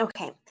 Okay